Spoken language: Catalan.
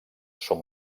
són